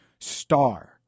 star